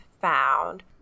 found